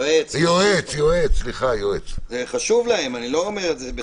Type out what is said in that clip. זה חשוב להם, אני לא אומר את זה בצחוק.